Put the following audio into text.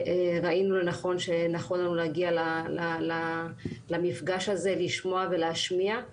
ראינו לנכון שנכון לנו להגיע למפגש הזה לשמוע ולהשמיע.